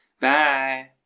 bye